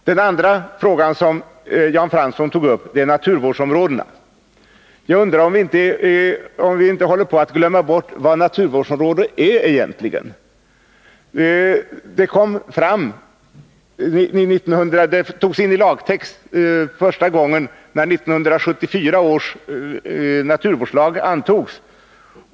Den andra frågan som Jan Fransson tog upp gällde naturvårdsområdena. Jag undrar om vi inte håller på att glömma bort vad ett naturvårdsområde egentligen är. Det begreppet togs in i lagtext första gången när 1974 års naturvårdslag antogs.